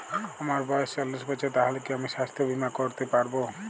আমার বয়স চল্লিশ বছর তাহলে কি আমি সাস্থ্য বীমা করতে পারবো?